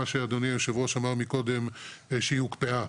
מה שאדוני יושב הראש אמר מקודם שהיא הוקפאה,